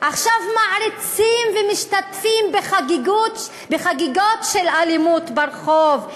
עכשיו מעריצים ומשתתפים בחגיגות של אלימות ברחוב.